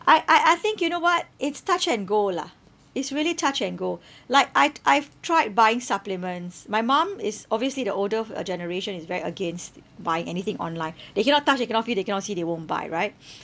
I I I think you know what it's touch and go lah it's really touch and go like I'd I've tried buying supplements my mum is obviously the older uh generation is very against buying anything online they cannot touch they cannot feel they cannot see they won't buy right